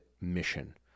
mission